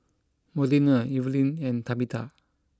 Modena Evelyne and Tabetha